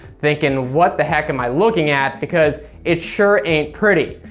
thinking what the heck am i looking at, because it sure ain't pretty.